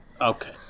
Okay